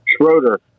Schroeder